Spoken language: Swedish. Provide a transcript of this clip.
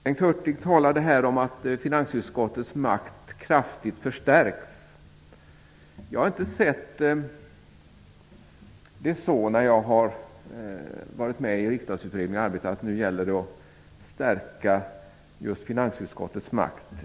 Bengt Hurtig talade om att finansutskottets makt kraftigt förstärks. När jag har arbetat i Riksdagsutredningen har jag inte sett det som att det gäller att stärka just finansutskottets makt.